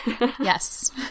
yes